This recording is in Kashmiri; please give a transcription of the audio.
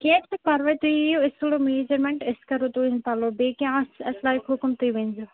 کیٚنٛہہ چھُنہٕ پرواے تُہۍ یِیِو أسۍ تُلو میٖجَرمٮ۪نٛٹ أسۍ کَرو تُہٕنٛدۍ پَلو بیٚیہِ کیٚنٛہہ آسہِ اَسہِ لایَک حُکُم تُہۍ ؤنۍزیو